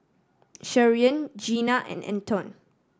Sharyn Gina and Anton